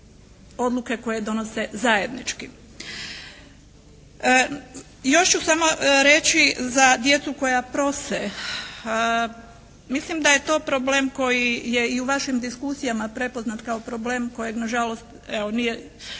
odluke koje donose zajednički. Još ću samo reći za djecu koja prose. Mislim da je to problem koji je i u vašim diskusijama prepoznat kao problem kojeg na žalost evo